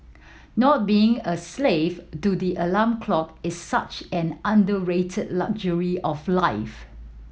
not being a slave to the alarm clock is such an underrated luxury of life